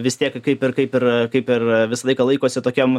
vis tiek kaip ir kaip ir kaip ir visą laiką laikosi tokiam